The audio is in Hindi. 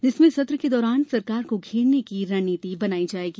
जिसमें सत्र के दौरान सरकार को घेरने की रणनीति बनाई जाएगी